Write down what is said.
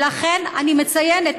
ולכן אני מציינת,